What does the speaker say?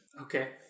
Okay